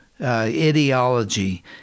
ideology